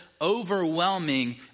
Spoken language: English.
overwhelming